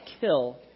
kill